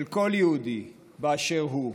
של כל יהודי באשר הוא.